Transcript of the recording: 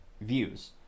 views